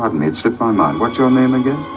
pardon me, it slipped my mind, what's your name again?